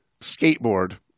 skateboard